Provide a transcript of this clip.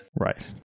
Right